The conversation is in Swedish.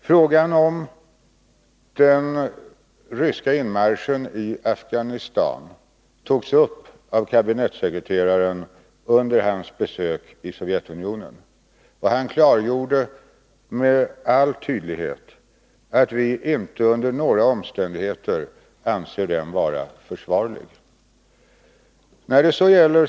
Frågan om den ryska inmarschen i Afghanistan togs upp av kabinettssekreteraren under hans besök i Sovjetunionen, och han klargjorde med all tydlighet att vi inte under några omständigheter anser den vara försvarlig.